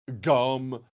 Gum